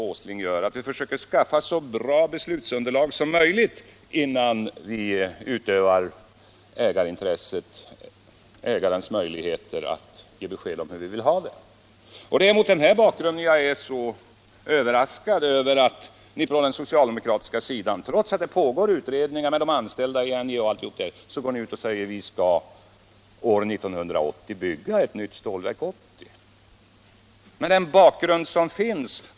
herr Åsling gör — att försöka skaffa så bra beslutsunderlag som möjligt innan vi utnyttjar ägarens möjligheter att ge besked om hur vi vill ha det. Det är mot den bakgrunden som jag är så överraskad över att ni på den socialdemokratiska sidan, trots att det pågår utredningar med de anställdas medverkan i NJA, går ut och säger att ni år 1980 skall bygga ett nytt Stålverk 80.